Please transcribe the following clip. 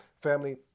family